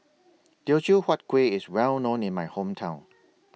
Teochew Huat Kuih IS Well known in My Hometown